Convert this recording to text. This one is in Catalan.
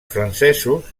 francesos